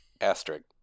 Asterisk